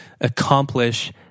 accomplish